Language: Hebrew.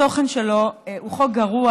בתוכן שלו הוא חוק גרוע,